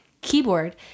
keyboard